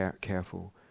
careful